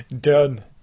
done